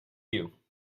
you